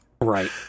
right